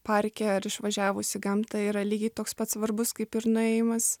parke ar išvažiavus į gamtą yra lygiai toks pat svarbus kaip ir nuėjimas